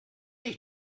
ich